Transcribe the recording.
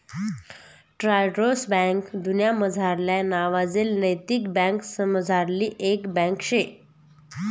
Triodos bank दुन्यामझारल्या नावाजेल नैतिक बँकासमझारली एक बँक शे